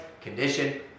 condition